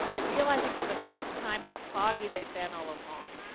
and realizing, for the first time, how foggy they'd been all along.